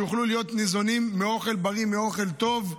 יוכלו להיות ניזונות מאוכל בריא, מאוכל טוב,